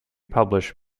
published